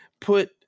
put